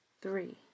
three